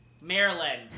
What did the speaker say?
Maryland